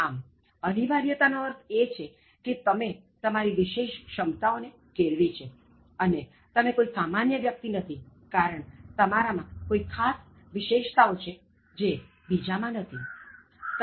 આમ અનિવાર્યતા નો અર્થ એ કે તમે તમારી વિશેષ ક્ષમતાઓને કેળવી છે અને તમે કોઇ સામાન્ય વ્યક્તિ નથી કારણ તમારા માં કોઇ ખાસ વિશેષતાઓ છે જે બીજા માં નથી